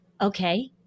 Okay